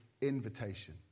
invitation